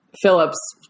Phillips